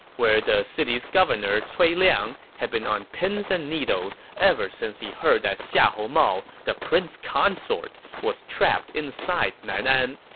where the city's governor cui liang had been on pins and needles ever since he heard that xiahou mao, the prince consort, was trapped inside nanan.